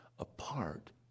apart